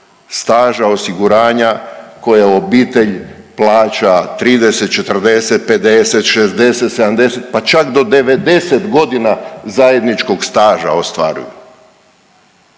staža osiguranja koju obitelj plaća 30, 40, 50, 60, 70, pa čak do 90 godina zajedničkog staža ostvaruju.